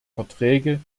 verträge